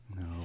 no